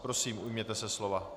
Prosím, ujměte se slova.